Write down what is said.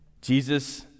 Jesus